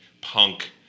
punk